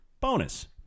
bonus